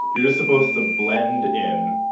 you're just supposed to blend in,